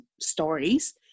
stories